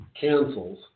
cancels